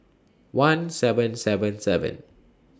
one seven seven seven